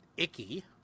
icky